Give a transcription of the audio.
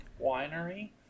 Winery